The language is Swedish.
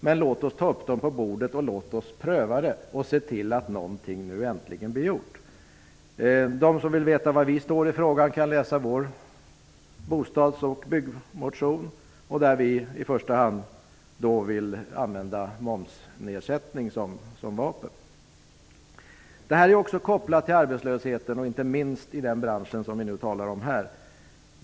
Men låt oss ta upp dem till diskussion och pröva dem och se till att någonting nu äntligen blir gjort. De som vill veta var vi står i frågan kan läsa vår bostads och byggmotion. I första hand vill vi använda momsnedsättning som vapen. Frågan är kopplad till arbetslösheten. Det gäller inte minst den bransch vi nu talar om.